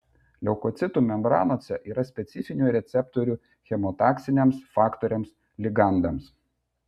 leukocitų membranose yra specifinių receptorių chemotaksiniams faktoriams ligandams